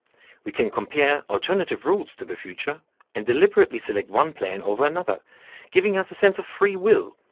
we can compare alternative routes to the future and deliberately select one plan over another giving us a sense of free will